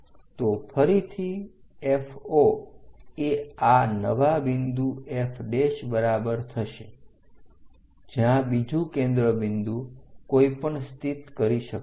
તો ફરીથી FO એ આ નવા બિંદુ F બરાબર થશે જ્યાં બીજું કેન્દ્ર બિંદુ કોઈપણ સ્થિત કરી શકે છે